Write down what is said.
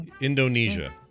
Indonesia